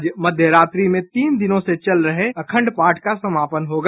आज मध्य रात्रि में तीन दिनों से चल रहे अखंड पाठ का समापन होगा